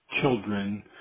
children